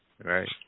right